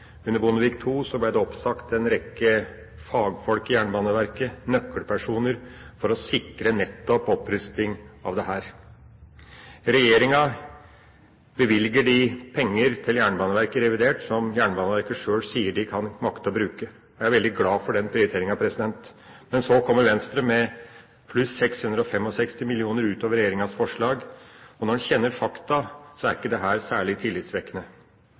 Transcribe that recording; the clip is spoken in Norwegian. Under Bondevik II ble det sagt opp en rekke fagfolk i Jernbaneverket, nøkkelpersoner som skulle sikre opprustning av nettopp dette. Regjeringa bevilger i revidert de pengene til Jernbaneverket som Jernbaneverket sjøl sier de kan makte å bruke. Jeg er veldig glad for den prioriteringa. Men så kommer Venstre med pluss 665 mill. kr utover regjeringas forslag. Når en kjenner fakta, er ikke dette særlig